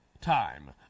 time